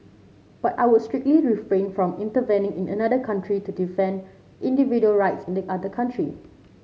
but I would strictly refrain from intervening in another country to defend individual rights in the other country